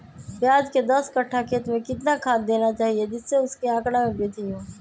प्याज के दस कठ्ठा खेत में कितना खाद देना चाहिए जिससे उसके आंकड़ा में वृद्धि हो?